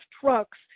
trucks